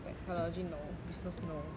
psychology no business no